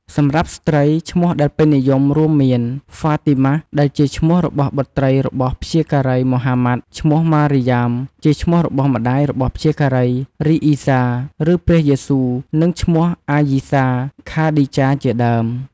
សម្រាប់ស្ត្រី ឈ្មោះដែលពេញនិយមរួមមាន ហ្វាទីម៉ះដែលជាឈ្មោះរបស់បុត្រីរបស់ព្យាការីម៉ូហាម៉ាត់ ឈ្មោះម៉ារីយ៉ាមជាឈ្មោះរបស់ម្តាយរបស់ព្យាការីអ៊ីសាឬព្រះយេស៊ូ និងឈ្មោះ អាយីសា ,ខាឌីចា ជាដើម។